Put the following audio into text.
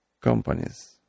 companies